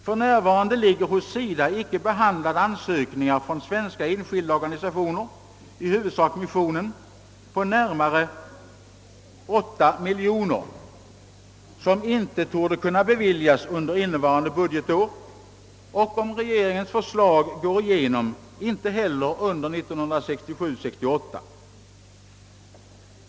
För närvarande ligger hos SIDA icke behandlade ansökningar från svenska enskilda organisationer — i huvudsak missionen — på närmare 8 miljoner kronor, som inte torde kunna beviljas under innevarande budgetår och, om regeringens förslag går igenom, inte heller under 1967/68.